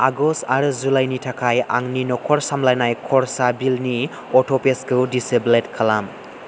August आरो जुलाईनि थाखाय आंनि न'खर सामलायनाय खरसा बिलनि अट'पेसखौ दिसेबोल्द खालाम